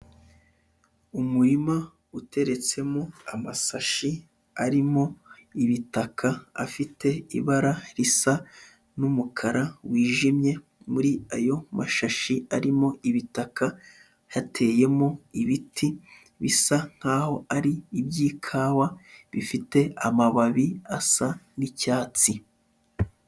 Umurima uteretsemo amasashi arimo ibitaka afite ibara risa n'umukara wijimye, muri ayo mashashi arimo ibitaka, hateyemo ibiti bisa nkaho ari iby'ikawa bifite amababi asa n'icyatsi.